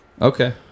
Okay